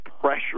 pressure